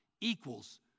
equals